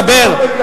מרכז.